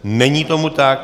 Není tomu tak.